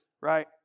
right